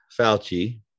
Fauci